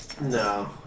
No